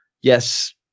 yes